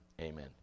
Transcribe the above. Amen